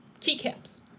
Keycaps